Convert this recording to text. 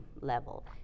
level